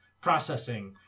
processing